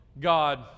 God